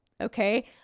Okay